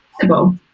possible